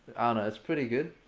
ah know, it's pretty good.